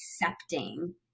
accepting